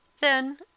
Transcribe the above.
Then